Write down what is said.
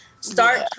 Start